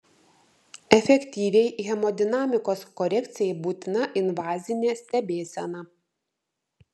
efektyviai hemodinamikos korekcijai būtina invazinė stebėsena